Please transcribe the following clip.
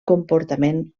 comportament